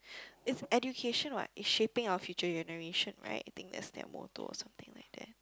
it's education what it's shaping our future generation right I think that's their motto or something like that